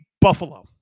Buffalo